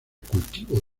cultivo